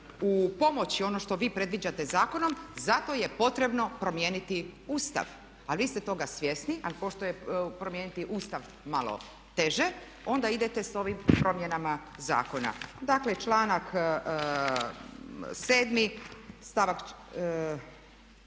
u pomoći ono što vi predviđate zakonom za to je potrebno promijeniti Ustav. A vi ste toga svjesni ali pošto je promijeniti Ustav malo teže onda idete s ovim promjenama zakona. Dakle, članak 7. stavak